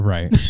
Right